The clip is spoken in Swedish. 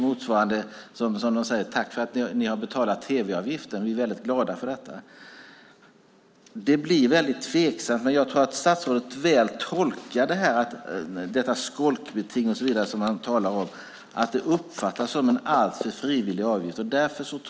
Motsvarande skulle vara att tacka och vara glad för att vi har betalat tv-avgiften. Jag tror att på grund av det så kallade skolkbetinget uppfattas detta som en alltför frivillig avgift.